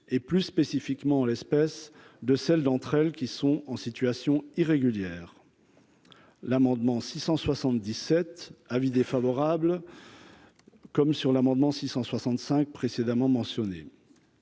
et plus spécifiquement l'espèce de celles d'entre elles qui sont en situation irrégulière, l'amendement 677 avis défavorable comme sur l'amendement 665 précédemment mentionnés,